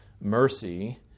mercy